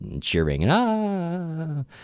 cheering